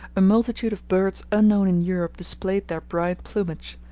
a multitude of birds unknown in europe displayed their bright plumage,